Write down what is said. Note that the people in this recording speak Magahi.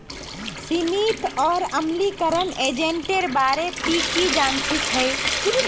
सीमित और अम्लीकरण एजेंटेर बारे ती की जानछीस हैय